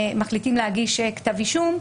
אם מחליטים להגיש כתב אישום,